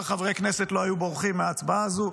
כמה חברי כנסת לא היו בורחים מההצבעה הזאת.